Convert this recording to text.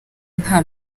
nta